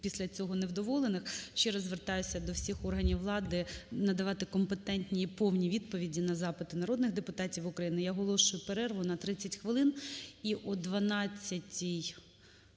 після цього невдоволених. Ще раз звертаюся до всіх органів влади надавати компетентні і повні відповіді на запити народних депутатів України. Я оголошую перерву на 30 хвилин. І о 12:50